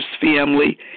family